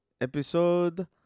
episode